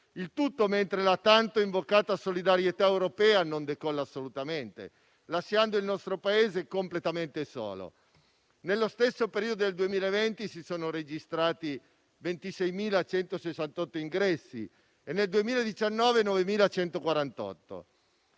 il tutto mentre la tanto invocata solidarietà europea non decolla assolutamente, lasciando il nostro Paese completamente solo. Nello stesso periodo del 2020 si sono registrati 26.168 ingressi e nel 2019 9.148.